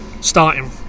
starting